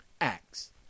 Acts